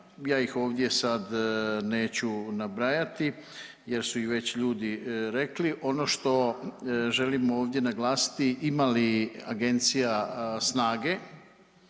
ja ih ovdje sad neću nabrajati jer su i već ljudi rekli. Ono što želim ovdje naglasiti, ima li agencija snage